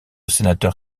sénateur